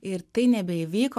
ir tai nebeįvyko